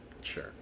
Sure